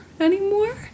Anymore